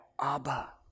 Abba